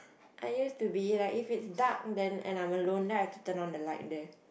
I used to be like if it's dark then and I'm alone then I have to turn on the light there